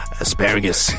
asparagus